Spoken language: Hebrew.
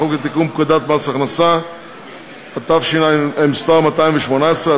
חוק לתיקון פקודת מס הכנסה (מס' 218),